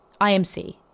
IMC